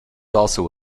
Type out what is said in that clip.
also